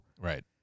Right